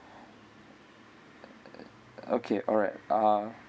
okay alright uh